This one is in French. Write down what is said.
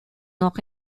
nord